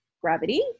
gravity